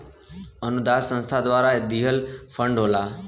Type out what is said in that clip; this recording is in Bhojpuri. अनुदान संस्था द्वारा दिहल फण्ड होला